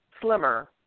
slimmer